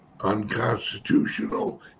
Unconstitutional